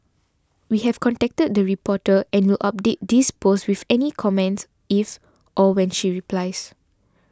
we have contacted the reporter and will update this post with any comments if or when she replies